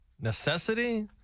Necessity